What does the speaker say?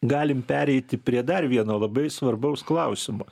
galim pereiti prie dar vieno labai svarbaus klausimo